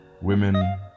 women